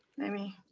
let me